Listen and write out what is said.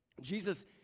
Jesus